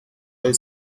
elle